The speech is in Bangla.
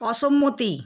অসম্মতি